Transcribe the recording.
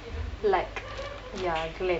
like ya glam